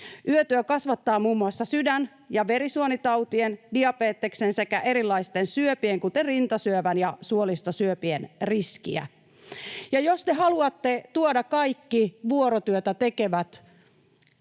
Yötyö kasvattaa muun muassa sydän- ja verisuonitautien, diabeteksen sekä erilaisten syöpien, kuten rintasyövän ja suolistosyöpien, riskiä. Ja jos te haluatte tuoda kaikki vuorotyötä tekevät